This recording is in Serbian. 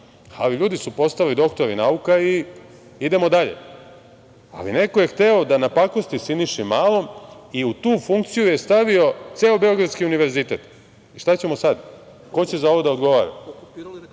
ali ljudi su postali doktori nauka i idemo dalje. Ali, neko je hteo da napakosti Siniši Malom i u tu funkciju je stavio ceo Beogradski univerzitet. I šta ćemo sad? Ko će za ovo da odgovara? Okupirali